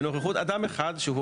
בנוכחות אדם אחד שהוא המזכיר.